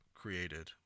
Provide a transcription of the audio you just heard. created